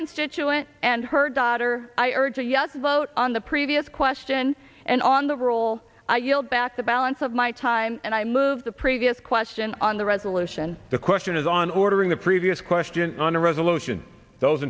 constituent and her daughter i urge a yes vote on the previous question and on the roll i yield back the balance of my time and i move the previous question on the resolution the question is on ordering the previous question on a resolution those